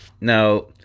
Now